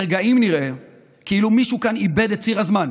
לרגעים נראה כאילו מישהו כאן איבד את ציר הזמן.